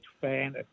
fan